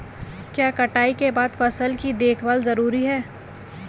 क्या कटाई के बाद फसल की देखभाल जरूरी है?